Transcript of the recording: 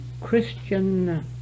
Christian